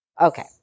Okay